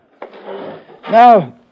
Now